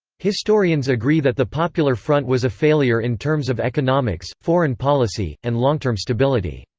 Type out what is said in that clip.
historians agree that the popular front was a failure in terms of economics, foreign policy, and long-term stability.